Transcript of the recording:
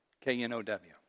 K-N-O-W